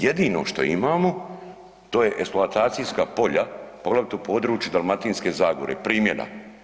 Jedino što imamo, to je eksploatacijska polja, poglavito područja Dalmatinske zagore, primjera.